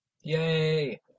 Yay